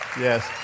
yes